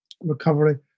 recovery